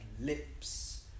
lips